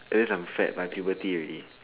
at least I'm fat by puberty already